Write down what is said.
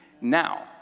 now